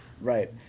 right